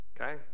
Okay